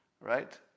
right